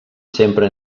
sempre